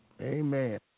Amen